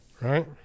right